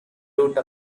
route